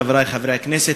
חברי חברי הכנסת,